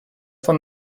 von